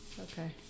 Okay